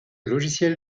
logiciel